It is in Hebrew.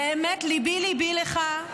באמת ליבי-ליבי עליך,